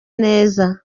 neza